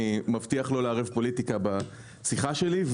אני מבטיח לא לערב פוליטיקה בשיחה שלי,